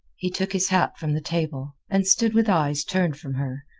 he took his hat from the table, and stood with eyes turned from her,